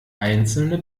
einzelne